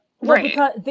Right